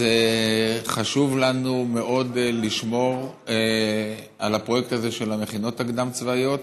חשוב לנו מאוד לשמור על הפרויקט הזה של המכינות הקדם-צבאיות